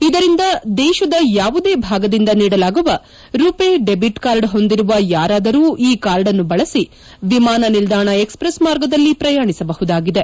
ಇದರಿಂದ ದೇಶದ ಯಾವುದೇ ಭಾಗದಿಂದ ನೀಡಲಾಗುವ ರುಪೆ ಡೆಬಿಟ್ಕಾರ್ಡ್ ಹೊಂದಿರುವ ಯಾರಾದರು ಈ ಕಾರ್ಡ್ನ್ನು ಬಳಸಿ ವಿಮಾನ ನಿಲ್ದಾಣ ಎಕ್ಸ್ಪ್ರೆಸ್ ಮಾರ್ಗದಲ್ಲಿ ಪ್ರಯಾಣಿಸಬಹುದಾಗಿದೆ